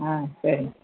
ஆ சரிங்க